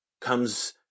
comes